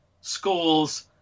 schools